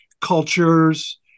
cultures